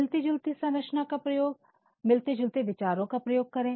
मिलती जुलती सरचना का प्रयोग मिलते जुलते विचारों का प्रयोग करें